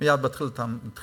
מייד בתחילת המשבר.